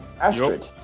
Astrid